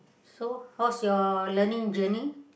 so what's your learning journey